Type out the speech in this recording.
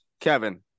Kevin